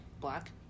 black